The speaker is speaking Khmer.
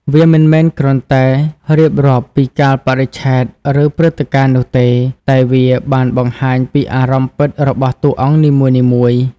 វាមិនមែនគ្រាន់តែរៀបរាប់ពីកាលបរិច្ឆេទ ឬព្រឹត្តិការណ៍នោះទេ តែវាបានបង្ហាញពីអារម្មណ៍ពិតរបស់តួអង្គនីមួយៗ។